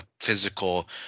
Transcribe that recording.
physical